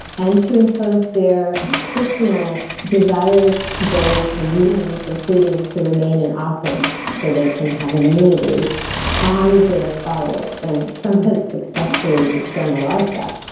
and to impose their personal desires, goals and needs, including to remain in office so they can have immunity on their followers. and trump has successfully done a lot of that